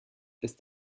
ist